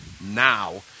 now